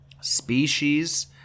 Species